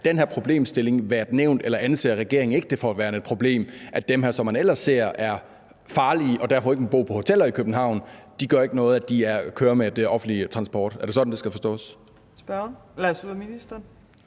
den her problemstilling har været nævnt, eller om regeringen ikke anser det for at være et problem, at de her, som man ellers ser som farlige, og som derfor ikke må bo på hoteller i København, kører med den offentlige transport. Er det sådan, det skal forstås?